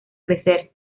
crecer